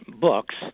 books